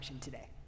today